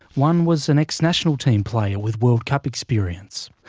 one was an ex-national team player with world cup experience.